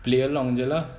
play along jer lah